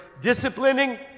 disciplining